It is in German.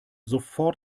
sofort